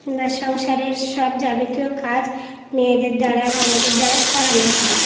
বা সংসারের সব যাবতীয় কাজ মেয়েদের দ্বারা বা আমাদের দ্বারা করানো হয়